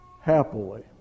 happily